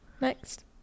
next